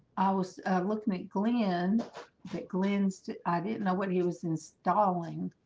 was looking at glenn at glenn's i didn't know what he was installing